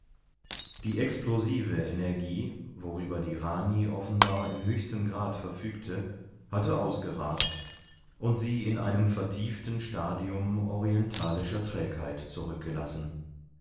die explosive energie worüber die rani offenbar im höchsten grad verfügte hatte ausgerast und sie in einem vertieften stadium orientalischer trägheit zurückgelassen